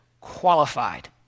qualified